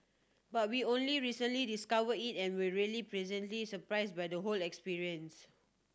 but we only recently discovered it and were really pleasantly surprised by the whole experience